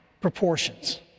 proportions